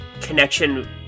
connection